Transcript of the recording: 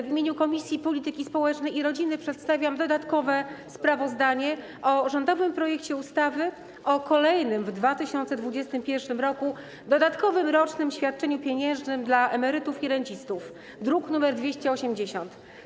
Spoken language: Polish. W imieniu Komisji Polityki Społecznej i Rodziny przedstawiam dodatkowe sprawozdanie o rządowym projekcie ustawy o kolejnym w 2021 r. dodatkowym rocznym świadczeniu pieniężnym dla emerytów i rencistów, druk nr 280.